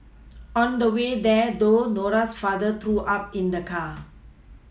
on the way there though Nora's father threw up in the car